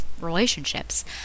relationships